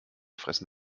fressen